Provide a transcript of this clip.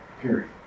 Period